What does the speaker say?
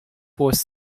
force